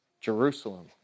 Jerusalem